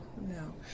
No